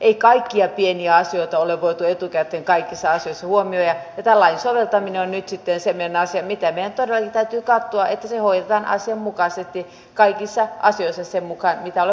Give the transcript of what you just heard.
ei kaikkia pieniä asioita ole voitu etukäteen kaikissa asioissa huomioida ja tämän lain soveltaminen on nyt sitten semmoinen asia mitä meidän todellakin täytyy katsoa että se hoidetaan asianmukaisesti kaikissa asioissa sen mukaan mitä olemme tarkoittaneet